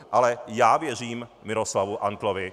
Ale já věřím Miroslavu Antlovi.